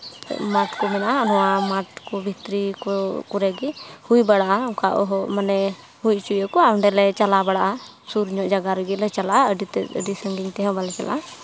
ᱢᱟᱴᱷ ᱠᱚ ᱢᱮᱱᱟᱜᱼᱟ ᱱᱚᱣᱟ ᱢᱟᱴᱷ ᱠᱚ ᱵᱷᱤᱛᱨᱤ ᱠᱚᱨᱮ ᱜᱮ ᱦᱩᱭ ᱵᱟᱲᱟᱜᱼᱟ ᱚᱱᱠᱟ ᱚᱦᱚ ᱢᱟᱱᱮ ᱦᱩᱭ ᱚᱪᱚ ᱟ ᱚᱸᱰᱮ ᱞᱮ ᱪᱟᱞᱟᱣ ᱵᱟᱲᱟᱜᱼᱟ ᱥᱩᱨ ᱧᱚᱜ ᱡᱟᱭᱜᱟ ᱨᱮᱜᱮᱞᱮ ᱪᱟᱞᱟᱜᱼᱟ ᱟᱹᱰᱤ ᱛᱮᱫ ᱟᱹᱰᱤ ᱥᱟᱺᱜᱤᱧ ᱛᱮᱦᱚᱸ ᱵᱟᱞᱮ ᱪᱟᱞᱟᱜᱼᱟ